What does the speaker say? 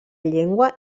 llengua